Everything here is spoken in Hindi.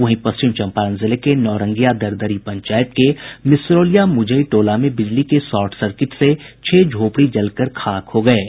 वहीं पश्चिम चम्पारण जिले के नौरंगिया दरदरी पंचायत के मिश्रौलिया मुजई टोला में बिजली के शॉट सर्किट से छह झोपड़ी जल कर खाक हो गये